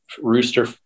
rooster